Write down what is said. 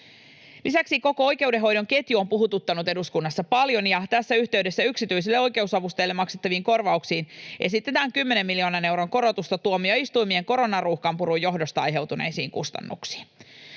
Lisäksi koko oikeudenhoidon ketju on puhututtanut eduskunnassa paljon, ja tässä yhteydessä yksityisille oikeusavustajille maksettaviin korvauksiin esitetään 10 miljoonan euron korotusta tuomioistuimien koronaruuhkanpurun johdosta aiheutuneisiin kustannuksiin.